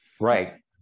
right